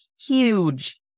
huge